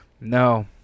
No